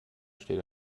steht